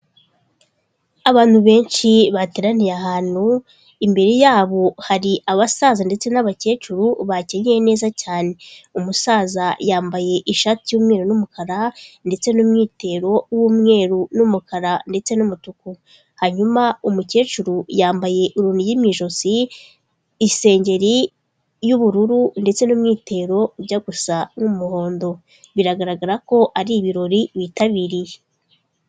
Abantu benshi bateraniye ahantu, imbere yabo hari abasaza ndetse n'abakecuru bakenyenye neza cyane, umusaza yambaye ishati y'umweru n'umukara ndetse n'umwitero w'umweru n'umukara ndetse n'umutuku, hanyuma umukecuru yambaye urunigi mu ijosi, isengeri y'ubururu ndetse n'umwitero ujya gusa n'umuhondo, biragaragara ko ari ibirori bitabiriye.